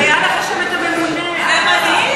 אבל היה לך שם הממונה, זה מדהים.